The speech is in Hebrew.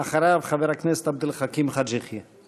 אחריו, חבר הכנסת עבד אל חכים חאג' יחיא.